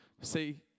See